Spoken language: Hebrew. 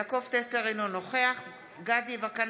אינו נוכח דסטה גדי יברקן,